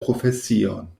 profesion